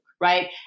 right